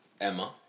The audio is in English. Emma